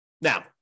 Now